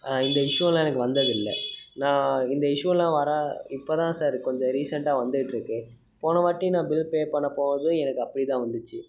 இந்த இஷ்யூலாம் எனக்கு வந்ததில்லை நான் இந்த இஷ்யூலாம் வரா இப்போ தான் சார் கொஞ்சம் ரீசண்ட்டாக வந்துக்கிட்டிருக்கு போனவாட்டி நான் பில் பே பண்ணப் போது எனக்கு அப்படி தான் வந்துச்சு